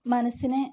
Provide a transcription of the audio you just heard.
മനസ്സിനെ